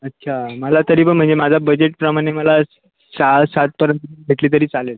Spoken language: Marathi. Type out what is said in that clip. अच्छा मला तरी पण म्हणजे माझा बजेटप्रमाणे मला सहा सातपर्यंत भेटली तरी चालेल